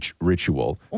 ritual